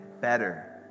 better